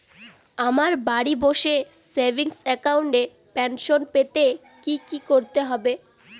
আমায় বাড়ি বসে সেভিংস অ্যাকাউন্টে পেনশন পেতে কি কি করতে হবে?